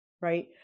right